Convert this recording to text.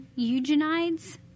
Eugenides